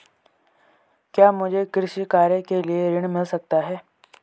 क्या मुझे कृषि कार्य के लिए ऋण मिल सकता है?